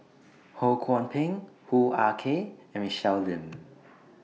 Ho Kwon Ping Hoo Ah Kay and Michelle Lim